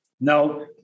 No